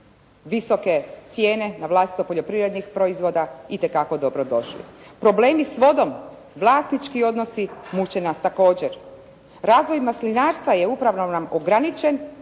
visoke cijene navlastito poljoprivrednih proizvoda itekako dobro došli. Problemi s vodom, vlasnički odnosi muče nas također. Razvoj maslinarstva je upravo nam ograničen